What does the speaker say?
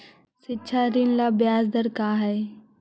शिक्षा ऋण ला ब्याज दर का हई?